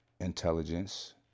intelligence